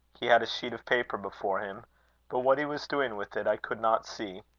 he had a sheet of paper before him but what he was doing with it, i could not see.